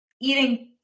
eating